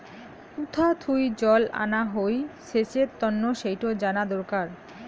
কুথা থুই জল আনা হই সেচের তন্ন সেইটো জানা দরকার